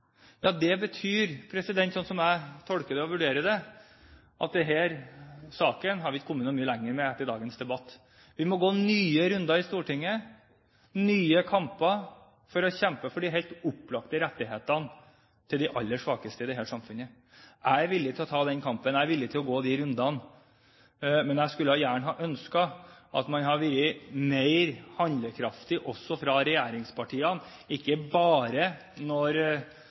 og vurderer det, at denne saken har vi ikke kommet noe mye lenger med etter dagens debatt. Vi må gå nye runder i Stortinget, kjempe nye kamper for de helt opplagte rettighetene til de aller svakeste i dette samfunnet. Jeg er villig til å ta den kampen, jeg er villig til å gå de rundene, men jeg skulle gjerne ha ønsket at man hadde vært mer handlekraftig også fra regjeringspartiene, ikke bare når